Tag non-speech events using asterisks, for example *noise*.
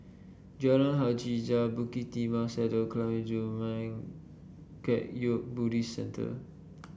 Jalan Hajijah Bukit Timah Saddle *unintelligible* and Zurmang Kagyud Buddhist Centre